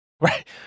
Right